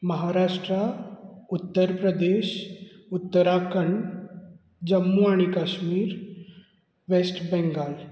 महाराष्ट्रा उत्तर प्रदेश उत्तराखंड जम्मू आणी काश्मीर वेस्ट बेंगाल